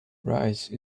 rice